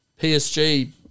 PSG